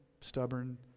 stubborn